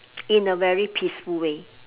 in a very peaceful way